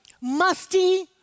musty